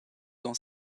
dans